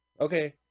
Okay